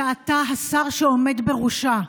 שאתה השר שעומד בראשה.